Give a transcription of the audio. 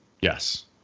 Yes